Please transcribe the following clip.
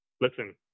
listen